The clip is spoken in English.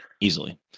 Easily